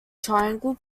triangle